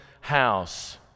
house